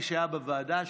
מי שהיה בוועדה,